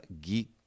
geek